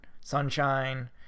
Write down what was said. sunshine